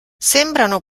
sembrano